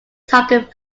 target